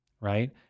right